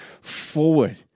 forward